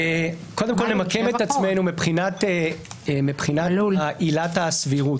קודם כול נמקם את עצמנו מבחינת עילת הסבירות,